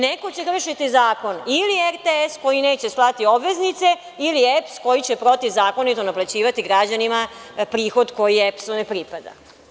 Neko će kršiti zakon, ili RTS koji neće slati obveznice ili EPS koji će protivzakonito naplaćivati građanima prihod koji EPS-u ne pripada.